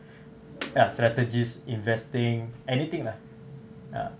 at strategies investing anything lah ya